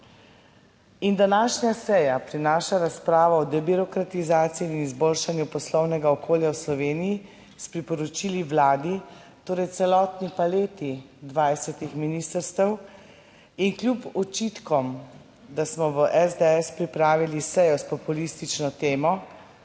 In današnja seja prinaša razpravo o debirokratizaciji in izboljšanju poslovnega okolja v Sloveniji s priporočili Vladi, torej celotni paleti 20 ministrstev. In kljub očitkom, da smo v SDS pripravili sejo s populistično temo,